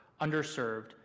underserved